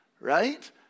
right